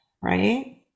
right